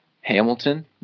Hamilton